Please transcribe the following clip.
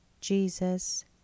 Jesus